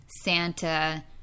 Santa